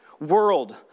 world